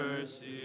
mercy